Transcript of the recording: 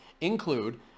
include